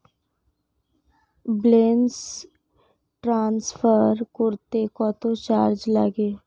Balance transfer করতে কত charge লাগে?